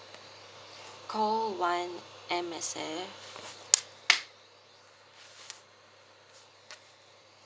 call one M_S_F